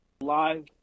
live